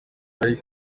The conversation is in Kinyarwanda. ari